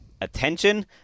attention